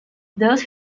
those